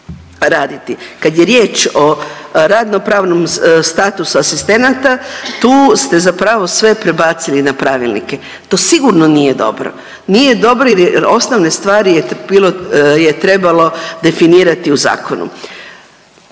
Kad je riječ o radno-pravnom statusu asistenata tu ste zapravo sve prebacili na pravilnike. To sigurno nije dobro. Nije dobro jer osnovne stvari je bilo, je trebalo definirati u zakonu.